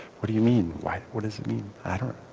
what do you mean why what does it mean matter